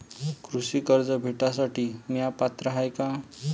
कृषी कर्ज भेटासाठी म्या पात्र हाय का?